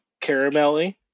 caramelly